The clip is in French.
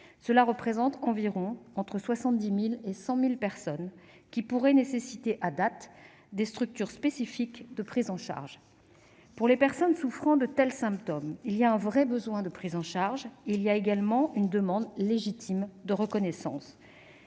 représente entre 70 000 et 100 000 personnes, qui pourraient exiger, à date, des structures spécifiques de prise en charge. Pour les personnes souffrant de tels symptômes, le besoin de prise en charge est réel ; il y a également une demande légitime de reconnaissance.